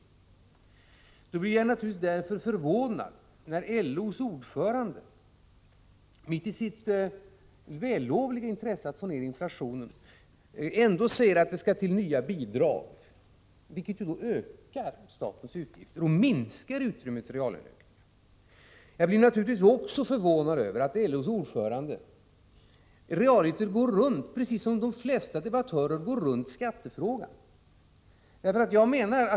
Därför blir jag naturligtvis förvånad när LO:s ordförande mitt i sitt vällovliga intresse att få ned inflationen ändå säger att det skall till nya bidrag, vilka ökar statens utgifter och minskar utrymmet för reallöneökningar. Jag blir naturligtvis förvånad också över att LO:s ordförande — precis som de flesta debattörer — realiter går runt skattefrågan.